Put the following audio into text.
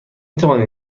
توانید